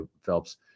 Phelps –